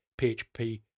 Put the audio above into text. PHP